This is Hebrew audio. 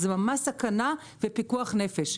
זו ממש סכנה ופיקוח נפש.